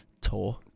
tour